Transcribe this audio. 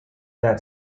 that